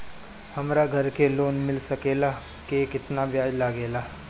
हमरा घर के लोन मिल सकेला केतना ब्याज लागेला?